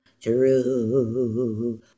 true